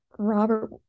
Robert